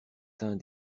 teints